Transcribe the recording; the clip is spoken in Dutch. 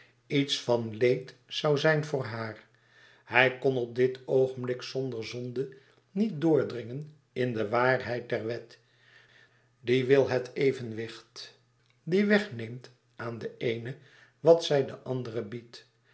iets van leed zoû zijn voor haar hij kon op dit oogenblik zonder zonde niet doordringen in de waarheid der wet die wil het evenwicht die wegneemt aan de eene wat zij den andere biedt